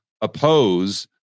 oppose